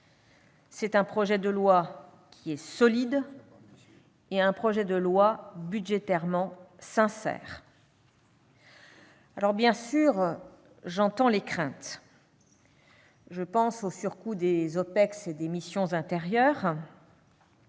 C'est un projet de loi solide, un projet de loi budgétairement sincère. Bien sûr, j'entends les craintes. Je pense au surcoût des OPEX et des missions intérieures.